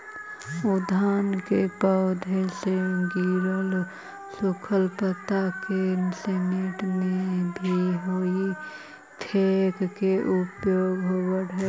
उद्यान के पौधा से गिरल सूखल पता के समेटे में भी हेइ फोक के उपयोग होवऽ हई